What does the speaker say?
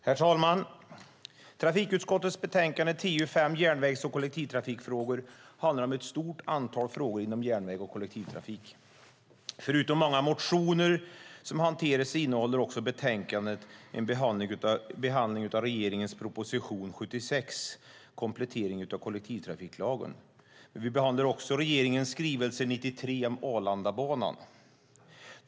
Herr talman! Trafikutskottets betänkande TU5, Järnvägs och kollektivtrafikfrågor , handlar om ett stort antal frågor inom järnväg och kollektivtrafik. Förutom många motioner som hanteras innehåller också betänkandet en behandling av regeringens proposition 2011/12:76, Kompletteringar av kollektivtrafiklagen . Vi behandlar också regeringens skrivelse 2011/12:93 om Arlandabanan.